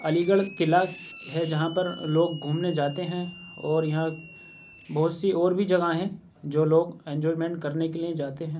علی گڑھ قلعہ ہے جہاں پر لوگ گھومنے جاتے ہیں اور یہاں بہت سی اور بھی جگہیں ہیں جو لوگ انجوائمینٹ کرنے کے لیے جاتے ہیں